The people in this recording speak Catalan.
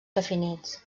definits